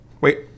Wait